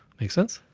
makes sense,